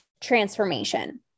transformation